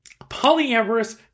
polyamorous